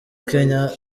kenya